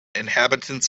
inhabitants